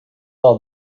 all